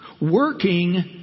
working